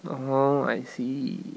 oh I see